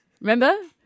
Remember